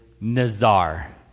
nazar